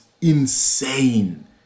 insane